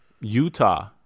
Utah